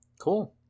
Cool